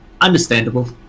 Understandable